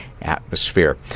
atmosphere